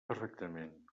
perfectament